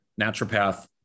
naturopath